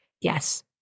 Yes